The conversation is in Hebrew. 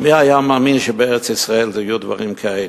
מי היה מאמין שבארץ-ישראל יהיו דברים כאלה?